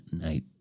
night